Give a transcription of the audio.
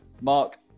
Mark